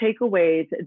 takeaways